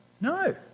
No